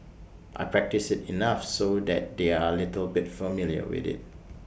I practice IT enough so that they're A little bit familiar with IT